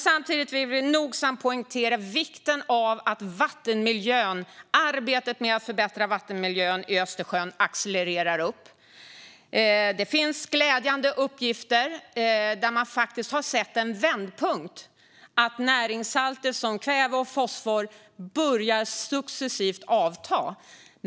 Samtidigt vill vi nogsamt poängtera vikten av att arbetet med att förbättra vattenmiljön i Östersjön accelererar. Det finns glädjande uppgifter som visar att man faktiskt har sett en vändpunkt. Närsalter som kväve och fosfor börjar successivt avta.